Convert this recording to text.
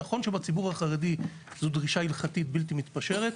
נכון שבציבור החרדי זו דרישה הלכתית בלתי מתפשרת,